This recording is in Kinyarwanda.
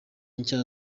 nshya